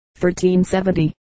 1370